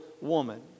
woman